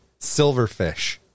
silverfish